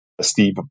Steve